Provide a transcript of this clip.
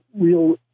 real